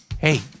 Hey